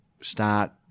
start